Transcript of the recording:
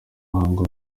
muhango